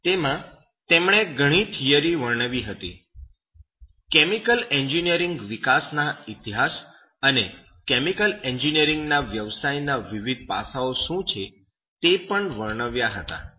તેમાં તેમણે ઘણી થિયરી વર્ણવી હતી કેમિકલ એન્જિનિયરિંગ વિકાસના ઈતિહાસ અને કેમિકલ એન્જિનિયરિંગના વ્યવસાયોના વિવિધ પાસાઓ શું છે તે પણ વર્ણવ્યા હતા